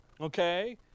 Okay